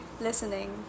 listening